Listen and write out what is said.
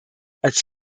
als